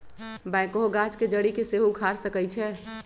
backhoe गाछ के जड़ी के सेहो उखाड़ सकइ छै